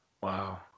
Wow